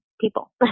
people